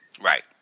Right